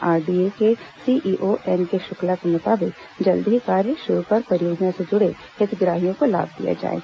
RDA के CEO N K Shukla के मुताबिक जल्द ही कार्य शुरू कर परियोजना से जुड़े हितग्राहियों को लाभ दिया जाएगा